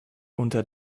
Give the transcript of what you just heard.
unter